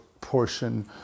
portion